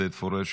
עודד פורר,